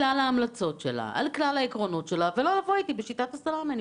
ההמלצות ולא לעבוד איתי בשיטת הסלמי.